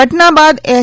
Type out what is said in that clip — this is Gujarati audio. ઘટના બાદ એસ